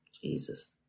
Jesus